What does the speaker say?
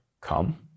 come